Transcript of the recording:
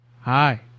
Hi